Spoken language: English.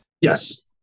Yes